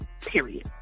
period